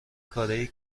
کارایی